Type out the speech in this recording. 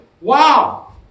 wow